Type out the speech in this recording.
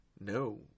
No